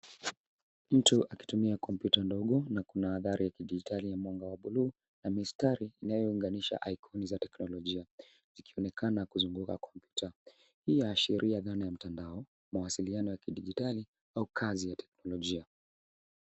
Mtu anatumia kompyuta ndogo na kuna alama za kidijitali zenye michoro na mistari inayobainisha teknolojia. Anaonekana akitumia kompyuta hiyo, ishara ya matumizi ya mtandao, mawasiliano ya kidijitali au kazi za kiteknolojia